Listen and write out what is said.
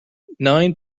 nine